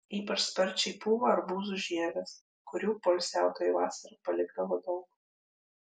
ypač sparčiai pūva arbūzų žievės kurių poilsiautojai vasarą palikdavo daug